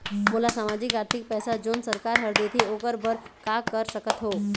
मोला सामाजिक आरथिक पैसा जोन सरकार हर देथे ओकर बर का कर सकत हो?